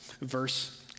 verse